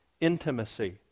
intimacy